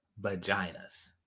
vaginas